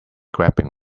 grabbing